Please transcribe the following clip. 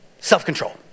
self-control